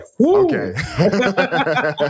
Okay